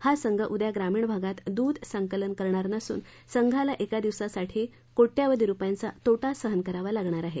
हा संघ उद्या ग्रामीण भागात दूध संकलन करणार नसून संघाला एका दिवसासाठी कोटयवधी रुपयांचा तोटा सहन करावा लागणार आहे